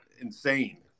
insane